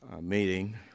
meeting